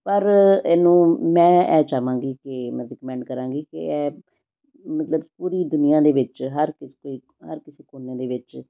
ਪਰ ਇਹਨੂੰ ਮੈਂ ਇਹ ਚਾਹਾਂਗੀ ਕਿ ਮੈਂ ਰਿਕਮੈਂਡ ਕਰਾਂਗੀ ਕਿ ਇਹ ਮਤਲਬ ਪੂਰੀ ਦੁਨੀਆਂ ਦੇ ਵਿੱਚ ਹਰ ਕਿਸੇ ਹਰ ਕਿਸੇ ਕੋਨੇ ਦੇ ਵਿੱਚ